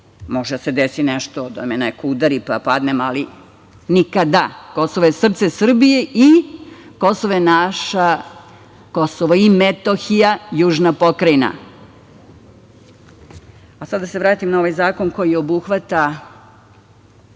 Može da se desi nešto da me neko udari pa padnem, ali nikada. Kosovo je srce Srbije i Kosovo je naše, Kosovo i Metohija, južna pokrajina. Sada da se vratimo na ovaj zakon. Uvek